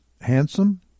handsome